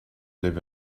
live